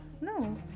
No